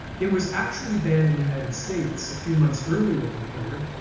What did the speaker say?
it was actually banned in the united states a few months earlier than here,